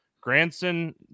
Granson